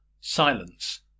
silence